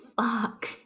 fuck